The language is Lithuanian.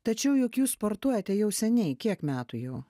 tačiau juk jūs sportuojate jau seniai kiek metų jau